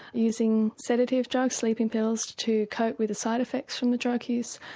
using sedative drugs, sleeping pills to cope with the side effects from the drug use.